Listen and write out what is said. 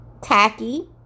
tacky